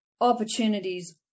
opportunities